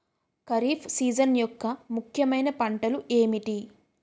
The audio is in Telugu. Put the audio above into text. ఖరిఫ్ సీజన్ యెక్క ముఖ్యమైన పంటలు ఏమిటీ?